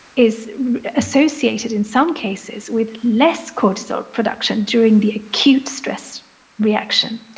is associated in some cases with less cortisol production during the acute stress reaction.